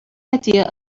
idea